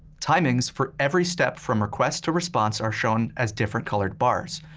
timings for every step from request to response are shown as different-colored bars,